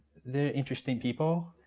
they're interesting people.